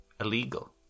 illegal